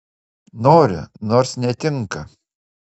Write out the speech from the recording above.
noriu nors netinka